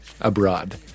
Abroad